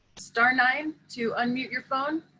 star nine to unmute your phone.